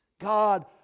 God